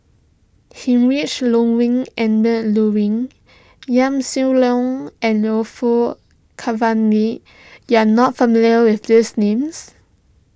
Heinrich Ludwig Emil Luering Yaw Shin Leong and Orfeur Cavenagh you are not familiar with these names